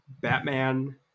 Batman